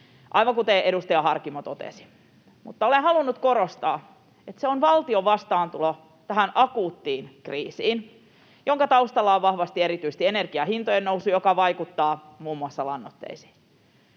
aivan kuten edustaja Harkimo totesi. Olen halunnut korostaa, että se on valtion vastaantulo tähän akuuttiin kriisiin, jonka taustalla on vahvasti erityisesti energian hintojen nousu, joka vaikuttaa muun muassa lannoitteisiin,